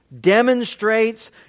demonstrates